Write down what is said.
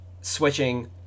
switching